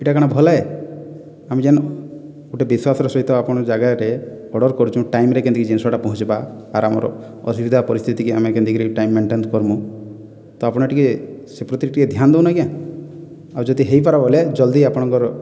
ଏଇଟା କ'ଣ ଭଲ ଆଏ ଆମେ ଯେନୁ ଗୋଟିଏ ବିଶ୍ଵାସର ସହିତ ଆପଣଙ୍କ ଜାଗାରେ ଅର୍ଡ଼ର କରୁଛୁ ଟାଇମରେ କେମିତିକି ଜିନିଷଟା ପହଞ୍ଚିବ ଆରାମରେ ଅସୁବିଧା ପରିସ୍ଥିତି କି ଆମେ କେମିତି କରି ଟାଇମ ମେଣ୍ଟେନ କରିବୁ ତ ଆପଣ ଟିକିଏ ସେ ପ୍ରତିକି ଟିକିଏ ଧ୍ୟାନ ଦିଅନ୍ତୁ ଆଜ୍ଞା ଆଉ ଯଦି ହୋଇପାରିବ ବୋଇଲେ ଜଲ୍ଦି ଆପଣଙ୍କର